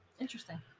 Interesting